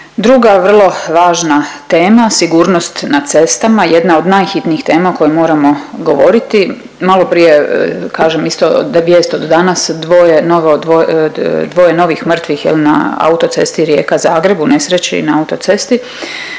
Druga vrlo važna tema sigurnost na cestama. Jedna od najhitnijih tema o kojoj moramo govoriti. Maloprije kažem isto da je vijest od danas, dvoje novo, dvoje novih mrtvih jel na autocesti Rijeka-Zagreb, u nesreći na autocesti.